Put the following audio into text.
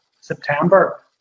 September